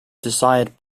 desired